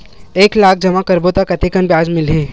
एक लाख जमा करबो त कतेकन ब्याज मिलही?